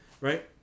right